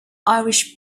irish